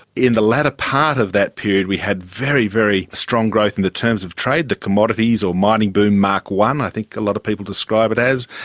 in the latter part of that period we had very, very growth in the terms of trade, the commodities or mining boom mark one i think a lot of people describe it as,